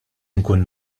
inkun